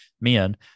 men